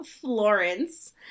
Florence